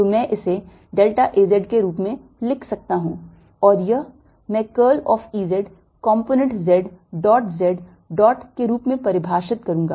तो मैं इसे delta A z के रूप में लिख सकता हूं और यह मैं curl of E z component z dot z dot के रूप में परिभाषित करूंगा